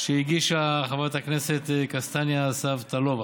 שהגישה חברת הכנסת קסניה סַבטלובה.